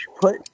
put